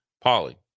Polly